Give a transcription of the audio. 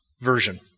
Version